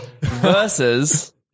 versus